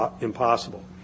impossible